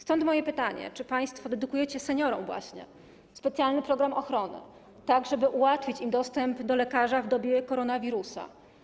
Stąd moje pytanie: Czy państwo dedykujecie seniorom specjalny program ochrony, tak żeby ułatwić im dostęp do lekarza w dobie koronawirusa?